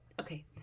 okay